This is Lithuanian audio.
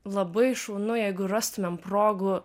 labai šaunu jeigu rastumėm progų